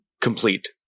complete